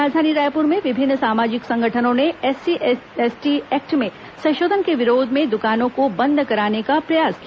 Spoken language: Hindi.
राजधानी रायपुर में विभिन्न सामाजिक संगठनों ने एसटी एससी एक्ट में संशोधन के विरोध में दुकानों को बंद कराने का प्रयास किया